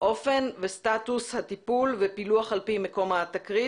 אופן וסטטוס הטיפול ופילוח על פי מקום התקרית.